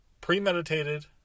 premeditated